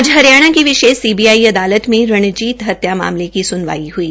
आज हरियाणा की विशेष सीबीआई अदालत में रंजीत हत्याकांड मामले की सुनवाई हुई